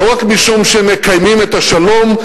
לא רק משום שהם מקיימים את השלום,